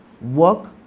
work